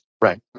Right